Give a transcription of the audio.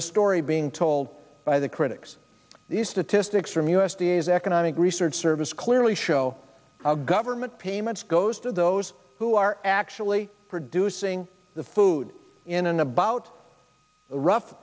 the story being told by the critics the statistics from u s d a is economic research service clearly show government payments goes to those who are actually producing the food in an about rough